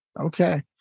Okay